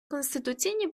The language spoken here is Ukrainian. конституційні